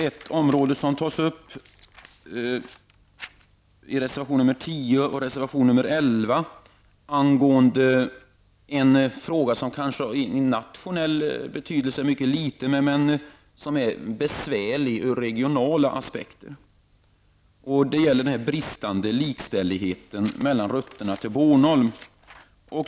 I reservationerna nr 10 och 11 tas en fråga upp som av nationell betydelse är mycket liten men som är besvärlig ur regionala aspekter. Det gäller den bristande likställigheten mellan rutterna till Bornholm.